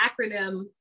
acronym